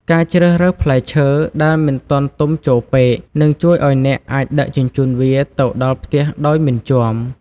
ការជ្រើសរើសផ្លែឈើដែលមិនទាន់ទុំជោរពេក នឹងជួយឱ្យអ្នកអាចដឹកជញ្ជូនវាទៅដល់ផ្ទះដោយមិនជាំ។